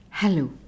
Hello